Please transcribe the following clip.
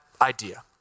idea